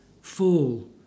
fall